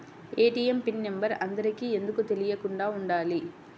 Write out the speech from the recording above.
ATM PIN number అందరికి ఎందుకు తెలియకుండా ఉండాలి?